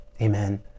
Amen